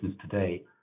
today